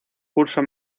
curso